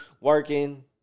working